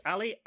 Ali